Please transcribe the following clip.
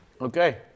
Okay